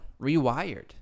rewired